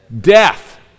Death